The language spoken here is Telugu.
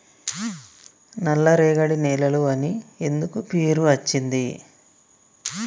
నల్లరేగడి నేలలు అని ఎందుకు పేరు అచ్చింది?